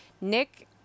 Nick